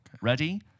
Ready